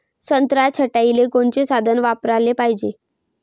संत्रा छटाईले कोनचे साधन वापराले पाहिजे?